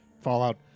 Fallout